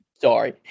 sorry